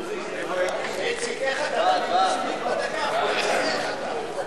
ההצעה להעביר את הצעת חוק המים (תיקון,